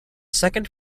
second